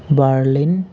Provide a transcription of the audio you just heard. Berlin